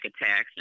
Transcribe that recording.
attacks